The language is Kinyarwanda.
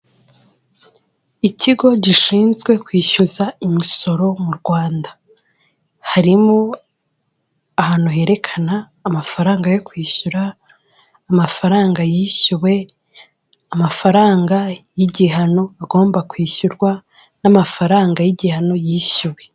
Ikigo gishinzwe kwishyuza imisoro mu Rwanda. Harimo ahantu herekana amafaranga yo kwishyura, amafaranga yishyuwe, amafaranga y'igihano agomba kwishyurwa, n'amafaranga y'igihano yishyuwe.